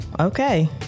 okay